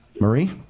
Marie